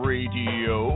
Radio